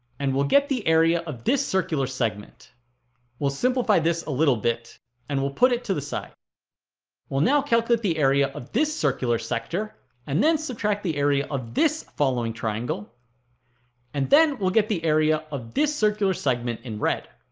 and we'll get the area of this circular segment we'll simplify this a little bit and we'll put it to the side we'll now calculate the area of this circular sector and then subtract the area of this following triangle and then we'll get the area of this circular segment in red